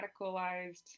radicalized